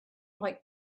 like